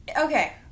Okay